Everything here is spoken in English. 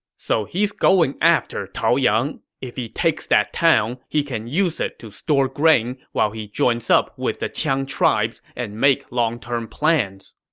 so he's going after taoyang. if he takes the town, he can use it to store grain while he joins up with the qiang tribes and make long-term plans.